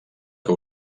que